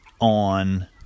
on